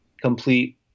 complete